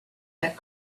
had